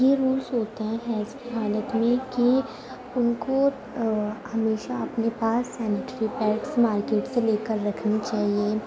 یہ رولس ہوتے ہیں حیض کی حالت میں کہ ان کو ہمیشہ اپنے پاس سینیٹری پیڈس مارکیٹ سے لے کر رکھنی چاہیے